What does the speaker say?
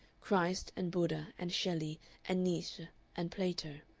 christ and buddha and shelley and nietzsche and plato.